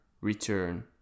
return